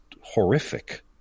horrific